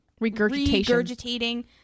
regurgitating